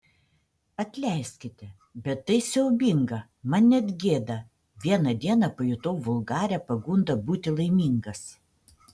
atleiskite bet tai siaubinga man net gėda vieną dieną pajutau vulgarią pagundą būti laimingas